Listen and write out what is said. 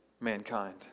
mankind